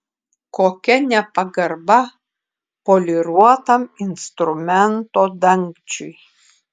kokia nepagarba poliruotam instrumento dangčiui